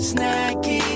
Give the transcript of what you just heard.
Snacky